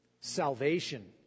salvation